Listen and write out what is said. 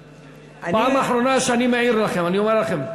פעם אחרונה שאני מעיר לכם, אני אומר לכם.